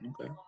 okay